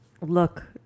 look